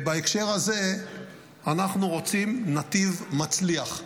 בהקשר הזה אנחנו רוצים נתיב מצליח.